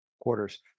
quarters